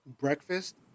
breakfast